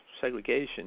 segregation